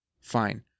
fine